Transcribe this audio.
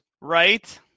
Right